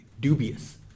dubious